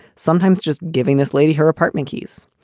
sometimes just giving this lady her apartment keys.